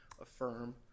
affirm